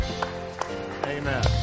Amen